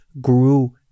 grew